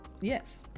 yes